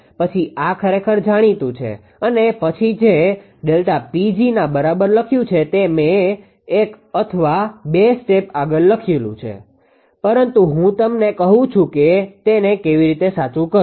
પછી આ ખરેખર જાણીતું છે અને પછી તમે જે ΔPgના બરાબર લખ્યું છે તે મેં એક અથવા બે સ્ટેપ આગળ લખેલું છે પરંતુ હું તમને કહું છું કે તેને કેવી રીતે સાચું કરવું